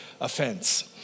offense